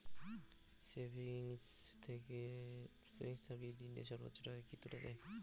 Savings থাকি দিনে সর্বোচ্চ টাকা কি তুলা য়ায়?